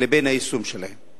לבין היישום שלהן.